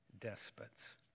despots